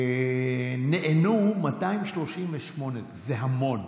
נענו 288. זה המון.